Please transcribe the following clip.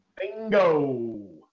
Bingo